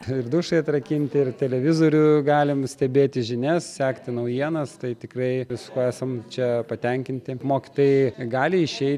ir dušai atrakinti ir televizorių galim stebėti žinias sekti naujienas tai tikrai viskuo esam čia patenkinti mokytojai gali išeiti